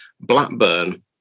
Blackburn